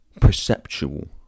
perceptual